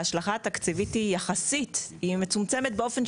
ההשלכה התקציבית היא יחסית מצומצמת.